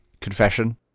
confession